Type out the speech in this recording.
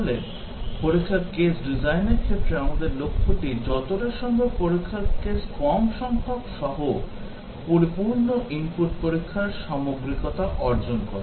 তাহলে পরীক্ষার কেস ডিজাইনের ক্ষেত্রে আমাদের লক্ষ্যটি যতটা সম্ভব পরীক্ষার কেস কম সংখ্যক সহ পরিপূর্ণ ইনপুট পরীক্ষার সামগ্রিকতা অর্জন করা